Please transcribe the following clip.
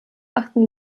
achten